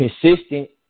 consistent